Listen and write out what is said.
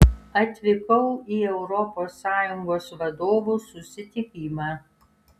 atvykau į europos sąjungos vadovų susitikimą